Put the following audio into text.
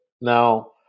now